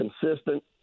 consistent